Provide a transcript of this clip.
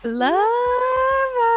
love